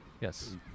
Yes